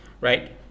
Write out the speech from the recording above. Right